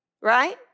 Right